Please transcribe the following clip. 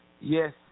Yes